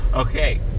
Okay